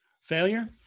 failure